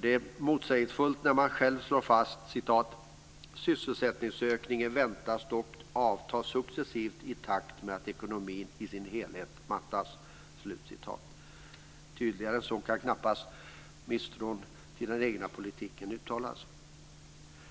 Det är motsägelsefullt när man själv slår fast: "Sysselsättningsökningen väntas dock avta successivt i takt med att ekonomin i sin helhet mattas." Tydligare än så kan knappast misstron mot den egna politiken uttalas.